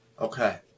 Okay